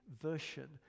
version